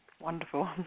Wonderful